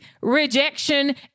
rejection